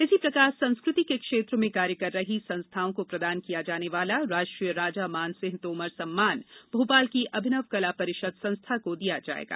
इसी प्रकार संस्कृति के क्षेत्र में कार्य कर रही संस्थाओं को प्रदान किया जाने वाला राष्ट्रीय राजा मानसिंह तोमर सम्मान भोपाल की अभिनव कला परिषद संस्था को दिया जायेगा